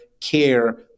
care